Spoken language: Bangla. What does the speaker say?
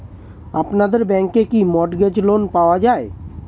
আপনাদের ব্যাংকে কি মর্টগেজ লোন পাওয়া যায়?